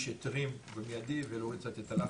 היתרים במידי ולהוריד קצת את הלחץ,